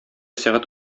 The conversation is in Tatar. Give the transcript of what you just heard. сәгать